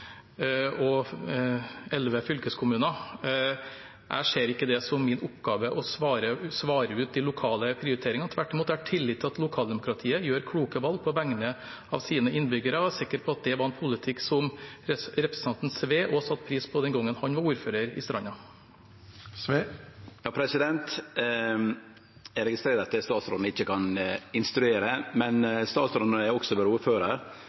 og 11 fylkeskommuner. Jeg ser ikke det som min oppgave å svare for de lokale prioriteringene. Tvert imot har jeg tillit til at lokaldemokratiet gjør kloke valg på vegne av sine innbyggere. Jeg er sikker på at det var en politikk som representanten Sve også satte pris på den gangen han var ordfører i Stranda. Eg registrerer at statsråden ikkje kan instruere, men statsråden har også